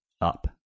Up